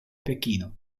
pechino